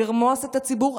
לרמוס את הציבור,